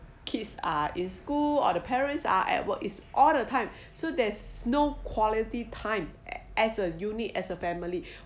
kids are in school or the parents are at work is all the time so there's no quality time as a unit as a family